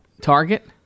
Target